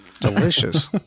Delicious